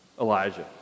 Elijah